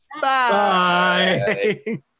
Bye